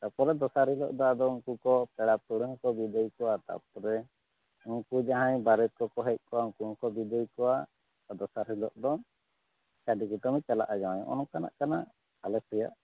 ᱛᱟᱯᱚᱨᱮ ᱫᱚᱥᱟᱨ ᱦᱤᱞᱳᱜ ᱫᱚ ᱟᱫᱚ ᱩᱱᱠᱩ ᱠᱚ ᱯᱮᱲᱟ ᱯᱟᱹᱲᱦᱟᱹ ᱦᱚᱠᱚ ᱵᱤᱫᱟᱹᱭ ᱠᱚᱣᱟ ᱛᱟᱯᱚᱨᱮ ᱩᱱᱠᱩ ᱡᱟᱦᱟᱸᱭ ᱵᱟᱨᱮᱛ ᱠᱚ ᱠᱚ ᱦᱮᱡ ᱠᱚᱣᱟᱜ ᱩᱱᱠᱩ ᱦᱚᱸᱠᱚ ᱵᱤᱫᱟᱹᱭ ᱠᱚᱣᱟ ᱫᱚᱥᱟᱨ ᱦᱤᱞᱳᱜ ᱫᱚ ᱪᱟᱹᱰᱤ ᱠᱩᱴᱟᱹᱢᱮ ᱪᱟᱞᱟᱜᱼᱟ ᱡᱟᱶᱟᱭ ᱱᱚᱜ ᱚᱭ ᱱᱚᱝᱠᱟᱱᱟᱜ ᱠᱟᱱᱟ ᱟᱞᱮ ᱥᱮᱭᱟᱜ